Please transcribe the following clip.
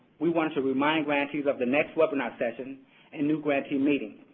we want to remind grantees of the next webinar session and new grantee meeting.